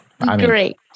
Great